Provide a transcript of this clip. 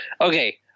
Okay